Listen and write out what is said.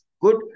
good